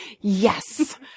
Yes